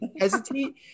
hesitate